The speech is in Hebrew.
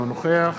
אינו נוכח